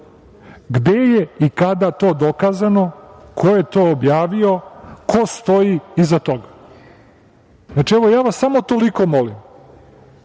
gde je i kada je to dokazano, ko je to objavio, ko stoji iza toga. Evo, ja vas eto samo toliko molim.